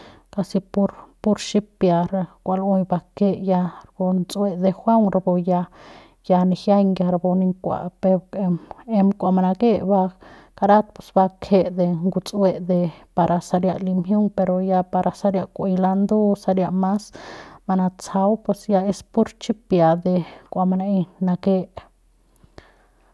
Kasi pur pur xipia re kua lu'ui bake ya de nts'ue de juaung rapu ya ni'iajaiñ rapu ya kua peuk em em kua manake ba karat pus ba kje de nguts'ue de para saria li mjiung pero ya para saria ku'uei landu o saria mas manatsjau pues ya es pur chipia de kua manaei nake.